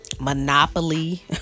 monopoly